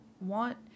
want